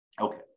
okay